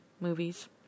movies